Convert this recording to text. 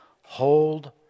Hold